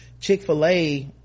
Chick-fil-A